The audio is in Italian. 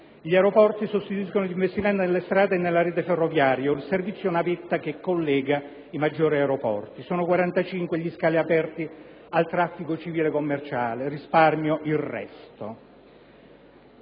Gli aeroporti sostituiscono gli investimenti nelle strade e nella rete ferroviaria o il servizio navetta che collega i maggiori aeroporti. Sono 45 gli scali aperti al traffico civile commerciale. Signor Presidente,